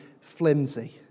flimsy